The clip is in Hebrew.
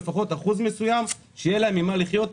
לפחות אחוז מסוים שיהיה להם ממה לחיות את